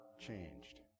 changed